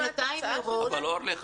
אורלי,